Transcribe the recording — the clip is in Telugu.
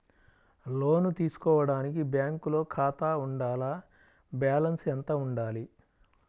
లోను తీసుకోవడానికి బ్యాంకులో ఖాతా ఉండాల? బాలన్స్ ఎంత వుండాలి?